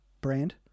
brand